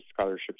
scholarships